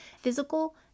Physical